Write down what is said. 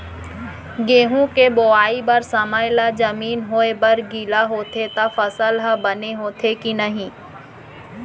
गेहूँ के बोआई बर समय ला जमीन होये बर गिला होथे त फसल ह बने होथे की नही?